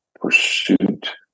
pursuit